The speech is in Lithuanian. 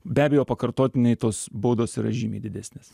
be abejo pakartotinai tos baudos yra žymiai didesnės